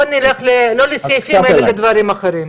בוא נלך לא לסעיפים אלא לדברים אחרים.